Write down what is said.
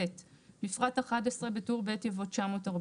בפרט (11) בטור ב', יבוא "940".